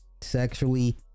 sexually